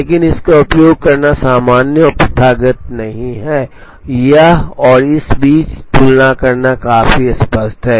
लेकिन इसका उपयोग करना सामान्य और प्रथागत नहीं है यह और इस के बीच तुलना करना काफी स्पष्ट है